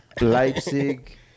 leipzig